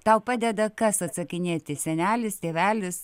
tau padeda kas atsakinėti senelis tėvelis